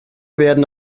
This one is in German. werden